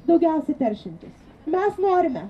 daugiausiai teršiantys mes norime